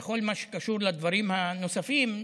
כל מה שקשור לדברים הנוספים,